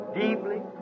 deeply